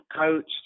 coached